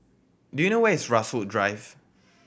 do you know where is Rasok Drive